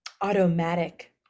automatic